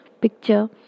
picture